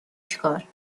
چیکار